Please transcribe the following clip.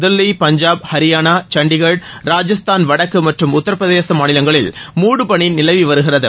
தில்லி பஞ்சாப் ஹரியானா சண்டிகர் ராஜஸ்தான் வடக்கு மற்றும் உத்தரப்பிரதேச மாநிலங்களில் மூடுபனி நிலவி வருகிறது